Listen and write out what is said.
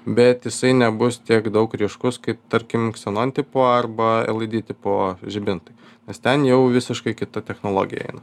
bet jisai nebus tiek daug ryškus kaip tarkim ksenon tipo arba elaidy ti po žibintai nes ten jau visiškai kita technologija eina